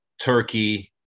Turkey